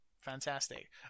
Fantastic